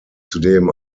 zudem